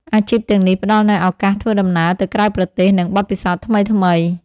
អាជីពទាំងនេះផ្ដល់នូវឱកាសធ្វើដំណើរទៅក្រៅប្រទេសនិងបទពិសោធន៍ថ្មីៗ។